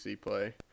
play